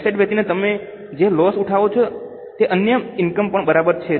asset વેચીને તમે જે લોસ ઉઠાવો છો તે અન્ય ઇનકમ પણ બરાબર છે